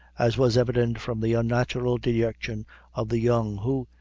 as was evident from the unnatural dejection of the young, who,